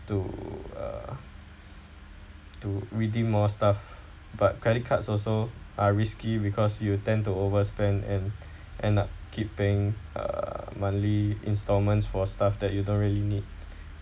to uh to redeem more stuff but credit cards also are risky because you tend to overspend and end up keeping uh monthly instalments for stuff that you don't really need